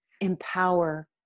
empower